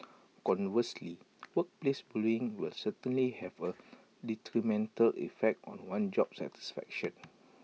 conversely workplace bullying will certainly have A detrimental effect on one's job satisfaction